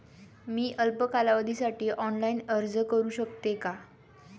मी अल्प कालावधीसाठी ऑनलाइन अर्ज करू शकते का?